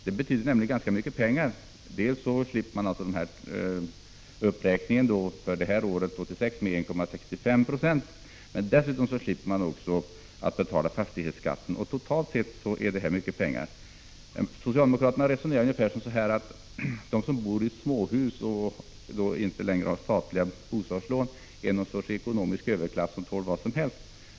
Det betyder nämligen ganska mycket pengar. Dels slipper han uppräkningen för år 1986 med 1,65 20, dels behöver han inte betala fastighetsskatt. Totalt sett är detta mycket pengar. Socialdemokraterna resonerar som så, att de som bor i småhus och inte längre har statliga bostadslån är någon sorts ekonomisk överklass som tål vad som helst.